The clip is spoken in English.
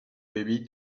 baby